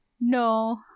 No